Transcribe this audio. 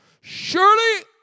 surely